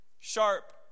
sharp